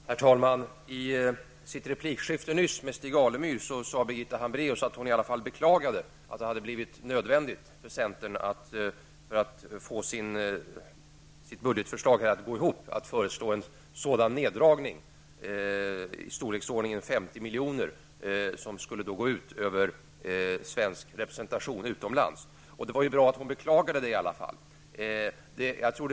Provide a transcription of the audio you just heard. Herr talman! Birgitta Hambraeus sade nyss i sitt replikskifte med Stig Alemyr att hon beklagade att centern för att få sitt budgetförslag att gå ihop hade tvingats föreslå en neddragning av storleksordningen 50 milj.kr., vilket skulle gå ut över svensk representation utomlands. Det var bra att hon i varje fall beklagade det.